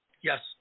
Yes